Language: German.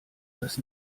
das